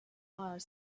hire